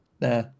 nah